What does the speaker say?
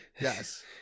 Yes